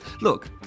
Look